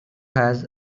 has